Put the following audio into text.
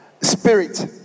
spirit